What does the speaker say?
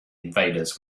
invaders